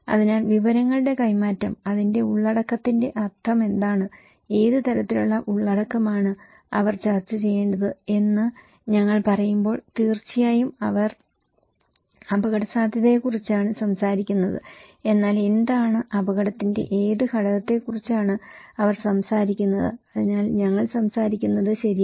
അതിനാൽ വിവരങ്ങളുടെ കൈമാറ്റം അതിന്റെ ഉള്ളടക്കത്തിന്റെ അർത്ഥമെന്താണ് ഏത് തരത്തിലുള്ള ഉള്ളടക്കമാണ് അവർ ചർച്ച ചെയ്യേണ്ടത് എന്ന് ഞങ്ങൾ പറയുമ്പോൾ തീർച്ചയായും അവർ അപകടസാധ്യതയെക്കുറിച്ചാണ് സംസാരിക്കുന്നത് എന്നാൽ എന്താണ് അപകടത്തിന്റെ ഏത് ഘടകത്തെക്കുറിച്ചാണ് അവർ സംസാരിക്കുന്നത് അതിനാൽ ഞങ്ങൾ സംസാരിക്കുന്നത് ശരിയാണ്